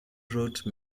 wrote